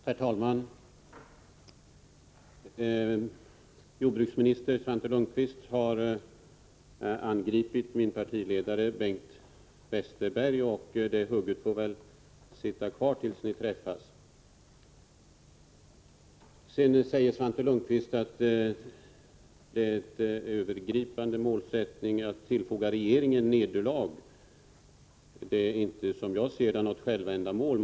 Herr talman! Jordbruksminister Svante Lundkvist har angripit min partiledare Bengt Westerberg, och det hugget får väl sitta kvar tills de träffas. Svante Lundkvist säger vidare att en övergripande målsättning har varit att tillfoga regeringen ett nederlag. Detta har, som jag ser det, inte varit något självändamål.